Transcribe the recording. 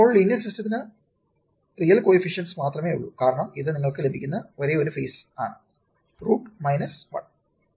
ഇപ്പോൾ ലീനിയർ സിസ്റ്റത്തിന് real coefficients മാത്രമേ ഉള്ളു കാരണം ഇത് നിങ്ങൾക്ക് ലഭിക്കുന്ന ഒരേയൊരു ഫേസ് ആണ് √ 1